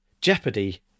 Jeopardy